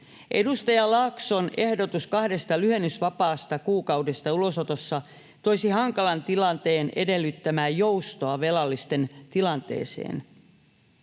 Edustaja Laakson ehdotus kahdesta lyhennysvapaasta kuukaudesta ulosotossa toisi hankalan tilanteen edellyttämää joustoa velallisten tilanteeseen.